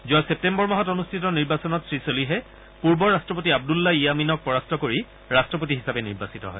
যোৱা ছেপ্তেম্বৰ মাহত অনুষ্ঠিত নিৰ্বাচনত শ্ৰীছলিহে পূৰ্বৰ ৰাট্টপতি আব্দুল্লা ইয়ামিনক পৰাস্ত কৰি ৰাট্টপতি হিচাপে নিৰ্বাচিত হয়